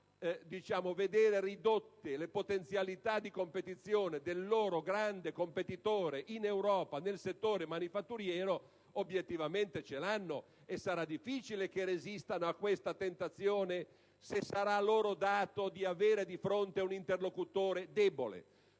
vedere ridotte le potenzialità di competizione del loro grande competitore in Europa nel settore manifatturiero obiettivamente ce l'hanno, e sarà difficile che resistano a questa tentazione, se sarà loro dato di avere di fronte un interlocutore debole.